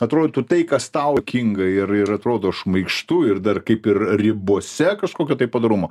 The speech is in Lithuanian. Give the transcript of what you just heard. atrodytų tai kas tau juokinga ir ir atrodo šmaikštu ir dar kaip ir ribose kažkokio tai padorumo